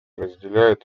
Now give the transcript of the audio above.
разделяет